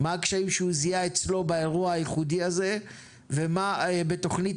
מה הקשיים שהוא זיהה אצלו באירוע הייחודי הזה ומה בתוכנית